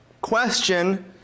question